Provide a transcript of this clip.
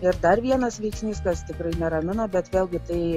ir dar vienas veiksnys tas tikrai neramina bet vėlgi tai